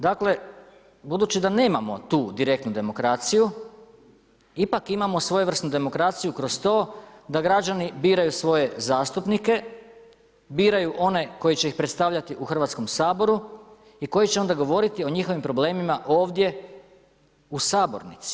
Dakle, budući da nemamo tu direktnu demokraciju, ipak imamo svojevrsnu demokraciju kroz to da građani biraju svoje zastupnike, biraju one koji će ih predstavljati u Hrvatskom saboru i koji će onda govoriti o njihovim problemima ovdje u sabornici.